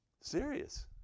Serious